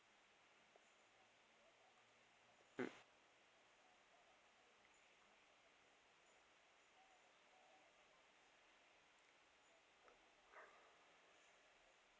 mm